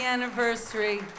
Anniversary